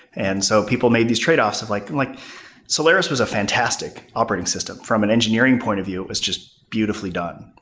and so people made these tradeoffs of like like solaris was a fantastic operating system. from an engineering point of view, it's just beautifully done,